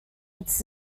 its